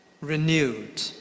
renewed